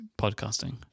podcasting